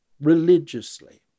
religiously